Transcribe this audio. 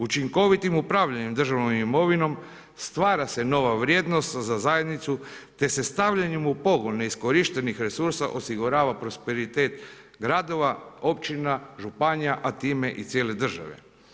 Učinkovitim upravljanjem državnom imovinom stvara se nova vrijednost za zajednicu te se stavljanjem u pogon neiskorištenih resursa osigurava prosperitet gradova, općina, županija, a time i cijele države.